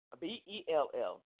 B-E-L-L